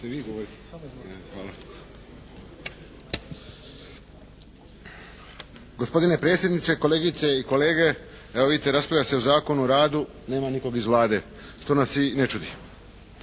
Gospodine predsjedniče, kolegice i kolege evo vidite raspravlja se o Zakonu o radu, nema nikog iz Vlade, što nas i ne čudi.